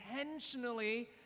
intentionally